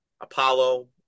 Apollo